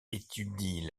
étudie